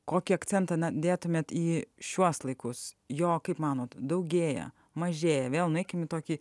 kokį akcentą nedėtumėte į šiuos laikus jo kaip manote daugėja mažėja vėl nueikime į tokį